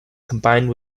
combined